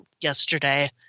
yesterday